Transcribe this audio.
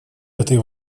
этой